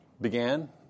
began